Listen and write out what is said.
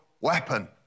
weapon